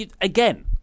Again